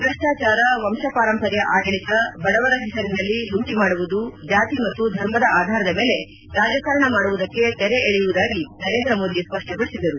ಭ್ರಷ್ಟಾಚಾರ ವಂಶಪಾರಂಪರ್ಯ ಆಡಳಿತ ಬಡವರ ಹೆಸರಿನಲ್ಲಿ ಲೂಟಿ ಮಾಡುವುದು ಜಾತಿ ಮತ್ತು ಧರ್ಮದ ಆಧಾರದ ಮೇಲೆ ರಾಜಕಾರಣ ಮಾಡುವುದಕ್ಕೆ ತೆರೆ ಎಳೆಯುವುದಾಗಿ ನರೇಂದ್ರ ಮೋದಿ ಸ್ಪಷ್ಟಪಡಿಸಿದರು